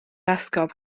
esgob